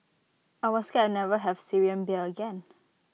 I was scared I never have Syrian beer again